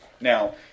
Now